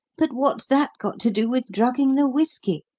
but what's that got to do with drugging the whiskey?